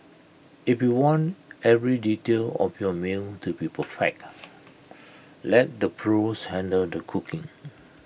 if you want every detail of your meal to be perfect let the pros handle the cooking